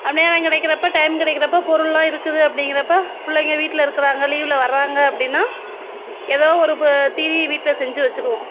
அப்படியே இடம் கிடைக்கிறப்ப டைம் கிடைக்கிறப்ப பொருள்லாம் இருக்குது அப்படிங்கிறப்ப பிள்ளைங்க வீட்டில் இருக்குறாங்க லீவில் வராங்க அப்படின்னா எதோ ஒரு தீனி வீட்டில் செஞ்சு வச்சி விடுவோம்